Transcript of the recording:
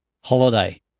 Holiday